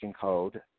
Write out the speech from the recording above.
code